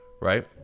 Right